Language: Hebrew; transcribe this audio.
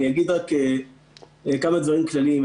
אני אגיד רק כמה דברים כלליים.